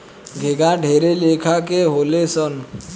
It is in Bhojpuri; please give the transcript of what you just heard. घोंघा ढेरे लेखा के होले सन